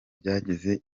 byageze